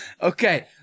Okay